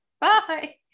Bye